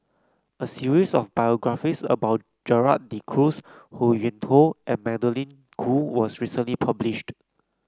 a series of biographies about Gerald De Cruz Ho Yuen Hoe and Magdalene Khoo was recently published